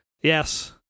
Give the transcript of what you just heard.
Yes